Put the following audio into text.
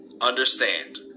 Understand